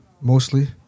mostly